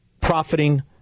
Profiting